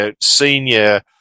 senior